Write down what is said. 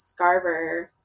Scarver